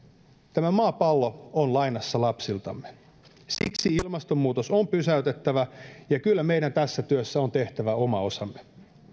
tämä maapallo on lainassa lapsiltamme siksi ilmastonmuutos on pysäytettävä ja kyllä meidän tässä työssä on tehtävä oma osamme